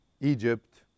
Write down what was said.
Egypt